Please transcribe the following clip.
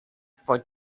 for